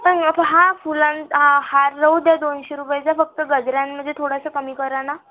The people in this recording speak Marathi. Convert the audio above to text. हा फुलांचं हा हार राहू द्या दोनशे रुपयाचा फक्त गजऱ्यांमध्ये थोडसं कमी करा ना